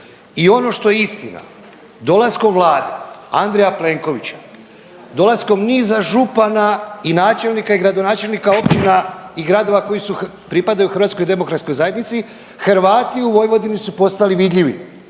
I ono što je istina dolaskom vlade Andreja Plenkovića, dolaskom niza župana i načelnika i gradonačelnika općina i gradova koji pripadaju HDZ-u Hrvati u Vojvodini su postali vidljivi,